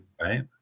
right